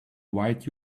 white